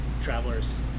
travelers